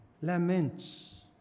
laments